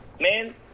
man